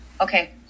okay